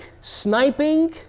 sniping